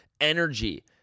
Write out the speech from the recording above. energy